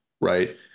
right